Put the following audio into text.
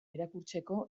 irakurtzeko